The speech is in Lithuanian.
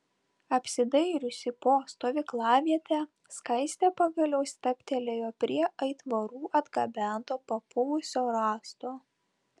apsidairiusi po stovyklavietę skaistė pagaliau stabtelėjo prie aitvarų atgabento papuvusio rąsto